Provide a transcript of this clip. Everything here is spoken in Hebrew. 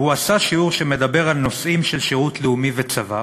עשה שיעור שמדבר על נושאים של שירות לאומי וצבא,